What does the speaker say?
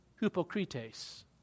hypocrites